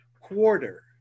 quarter